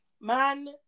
man